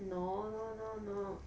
no no no no